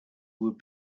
would